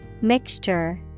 Mixture